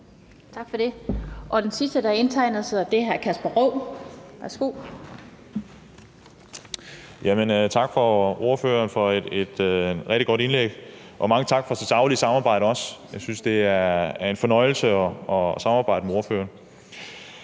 Tak for det. Den sidste, der har indtegnet sig, er hr. Kasper Roug. Værsgo. Kl. 20:55 Kasper Roug (S): Tak til ordføreren for et rigtig godt indlæg, og mange tak for det saglige samarbejde også. Jeg synes, det er en fornøjelse at samarbejde med ordføreren.